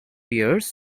years